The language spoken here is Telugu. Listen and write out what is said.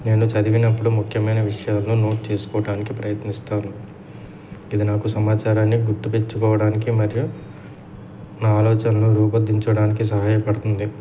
నేను చదివినప్పుడు ముఖ్యమైన విషయాలను నోట్ చేసుకోవటానికి ప్రయత్నిస్తాను ఇది నాకు సమాచారాన్ని గుర్తుపెట్టుకోవడానికి మరియు నా ఆలోచనలు రూపొందించడానికి సహాయపడుతుంది